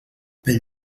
pel